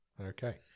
Okay